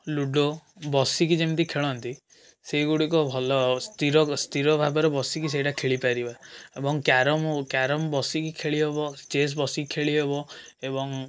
ludo ବସିକି ଯେମିତି ଖେଳନ୍ତି ସେଇଗୁଡ଼ିକ ଭଲ ସ୍ଥିର ସ୍ଥିର ଭାବରେ ବସିକି ସେଇଗୁଡ଼ା ଖେଳି ପାରିବା ଏବଂ କ୍ୟାରମ୍ କ୍ୟାରମ୍ ବସିକି ଖେଳି ହେବ ଚେସ୍ ବସିକି ଖେଳି ହେବ ଏବଂ